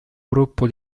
gruppo